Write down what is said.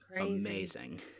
amazing